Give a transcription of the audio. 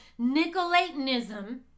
Nicolaitanism